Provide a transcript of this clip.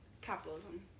Capitalism